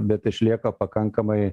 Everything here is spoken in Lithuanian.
bet išlieka pakankamai